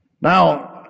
Now